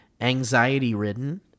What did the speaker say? anxiety-ridden